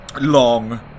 long